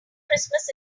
christmas